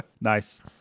nice